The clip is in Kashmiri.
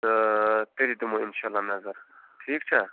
تہٕ تٔتی دِمو اِنشاء اللہ نظر ٹھیٖک چھا